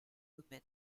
women